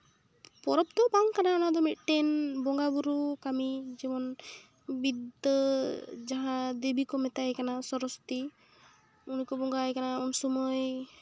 ᱯᱚᱨᱚᱵᱽ ᱫᱚ ᱵᱟᱝ ᱠᱟᱱᱟ ᱚᱱᱟ ᱫᱚ ᱢᱤᱫᱴᱤᱱ ᱵᱚᱸᱜᱟ ᱵᱳᱨᱳ ᱠᱟᱹᱢᱤ ᱡᱮᱢᱚᱱ ᱵᱤᱫᱽᱫᱟᱹ ᱡᱟᱦᱟᱸ ᱫᱮᱵᱚ ᱠᱚ ᱢᱮᱛᱟᱭ ᱠᱟᱱᱟ ᱥᱚᱨᱚᱥᱚᱛᱤ ᱩᱱᱤ ᱠᱚ ᱵᱚᱸᱜᱟᱣᱟᱭ ᱠᱟᱱᱟ ᱩᱱ ᱥᱚᱢᱚᱭ